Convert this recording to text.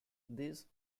these